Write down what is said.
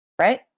right